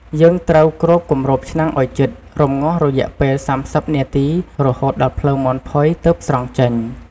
យើងត្រូវគ្របគម្របឆ្នាំងឱ្យជិត រំងាស់រយៈពេល៣០នាទី រហូតដល់ភ្លៅមាន់ផុយទើបស្រង់ចេញ។